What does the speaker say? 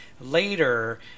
later